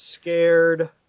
scared